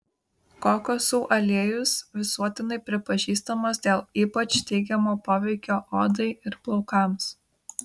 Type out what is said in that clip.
kokosų aliejus visuotinai pripažįstamas dėl ypač teigiamo poveikio odai ir plaukams